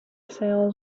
sails